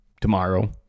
tomorrow